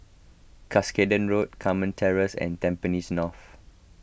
Cuscaden Road Carmen Terrace and Tampines North